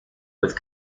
with